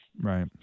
Right